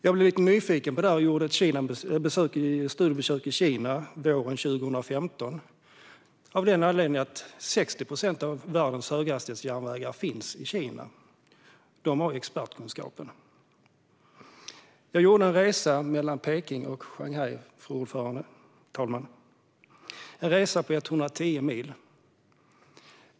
Jag blev lite nyfiken på detta och gjorde ett studiebesök i Kina våren 2015, eftersom 60 procent av världens höghastighetsjärnvägar finns i Kina. Där har man expertkunskapen. Jag gjorde en resa mellan Peking och Shanghai - en resa på 110 mil.